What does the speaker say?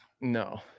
No